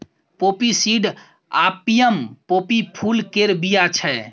poppy seed opium poppy फुल केर बीया छै